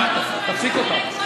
לא שמעת, תפסיק אותה.